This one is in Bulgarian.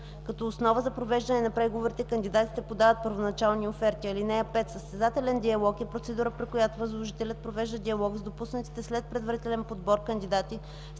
Като основа за провеждане на преговорите кандидатите подават първоначални оферти. (5) Състезателен диалог е процедура, при която възложителят провежда диалог с допуснатите след предварителен подбор кандидати